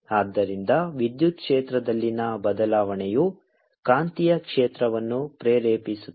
ಆದ್ದರಿಂದ ವಿದ್ಯುತ್ ಕ್ಷೇತ್ರದಲ್ಲಿನ ಬದಲಾವಣೆಯು ಕಾಂತೀಯ ಕ್ಷೇತ್ರವನ್ನು ಪ್ರೇರೇಪಿಸುತ್ತದೆ